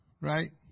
Right